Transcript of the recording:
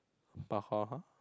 but [huh]